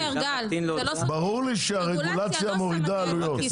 ברור לי שהרגולציה מורידה עלויות.